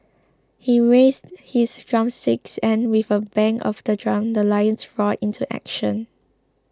he raised his drumsticks and with a bang of the drum the lions roared into action